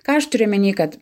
ką aš turiu omeny kad